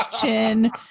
chin